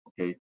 Okay